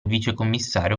vicecommissario